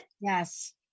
Yes